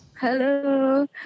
Hello